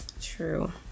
True